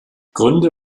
gründe